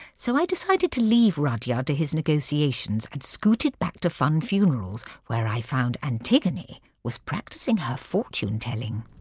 so i decided to leave rudyard to his negotiations and scooted back to funn funerals, where i found antigone was practising her fortune telling.